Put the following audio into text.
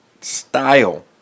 style